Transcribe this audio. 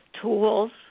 tools